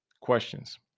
questions